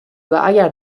واگر